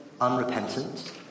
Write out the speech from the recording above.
unrepentant